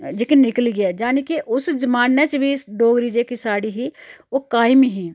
जेह्की निकली ऐ जानि के उस जमान्ने च बी डोगरी जेह्की साढ़ी ही ओह् कायम ही